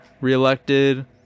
reelected